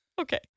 Okay